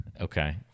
Okay